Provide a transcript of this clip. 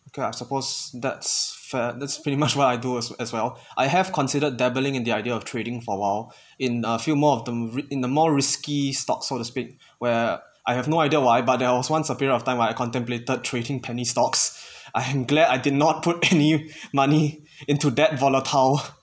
because I suppose that's fair that's pretty much what I do as as well I have considered dabbling in the idea of trading for a while in a few more of them in the more risky stocks so to speak where I have no idea why but there was once a period of time when I contemplated trading penny stocks I am glad I did not put any money into that volatile